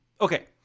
Okay